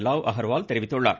லாவ் அகர்வால் தெரிவித்துள்ளார்